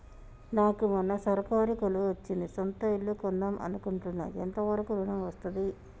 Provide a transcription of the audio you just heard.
నాకు మొన్న సర్కారీ కొలువు వచ్చింది సొంత ఇల్లు కొన్దాం అనుకుంటున్నా ఎంత వరకు ఋణం వస్తది?